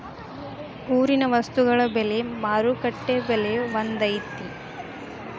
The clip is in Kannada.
ಊರಿನ ವಸ್ತುಗಳ ಬೆಲೆ ಮಾರುಕಟ್ಟೆ ಬೆಲೆ ಒಂದ್ ಐತಿ?